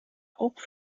auch